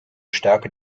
stärke